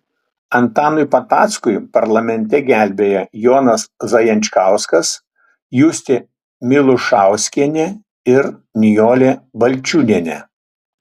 antanui patackui parlamente gelbėja jonas zajančkauskas justė milušauskienė ir nijolė balčiūnienė